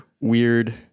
weird